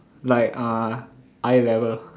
like uh eye level